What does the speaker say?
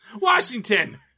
washington